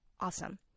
awesome